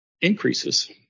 increases